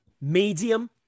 medium